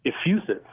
effusive